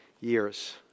years